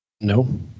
No